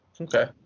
Okay